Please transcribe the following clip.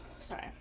Sorry